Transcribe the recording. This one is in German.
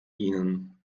ihnen